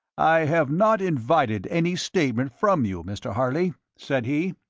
i have not invited any statement from you, mr. harley, said he.